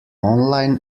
online